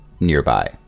nearby